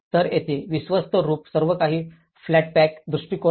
तर येथे विश्वस्त रूफ सर्वकाही फ्लॅट पॅक दृष्टिकोन आहे